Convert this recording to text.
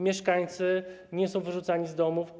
Mieszkańcy nie są wyrzucani z domów.